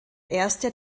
erste